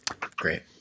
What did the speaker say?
Great